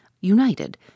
united